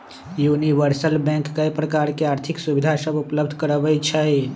universal bank कय प्रकार के आर्थिक सुविधा सभ उपलब्ध करबइ छइ